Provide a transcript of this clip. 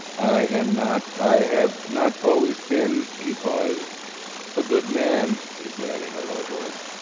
i am not i have not always been he paused a good man, he said, in a low voice.